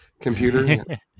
computer